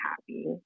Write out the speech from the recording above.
happy